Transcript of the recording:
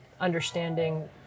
understanding